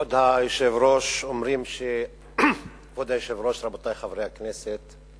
כבוד היושב-ראש, רבותי חברי הכנסת,